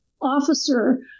officer